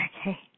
Okay